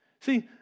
See